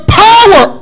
power